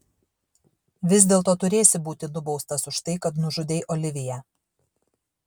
vis dėlto turėsi būti nubaustas už tai kad nužudei oliviją